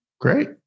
Great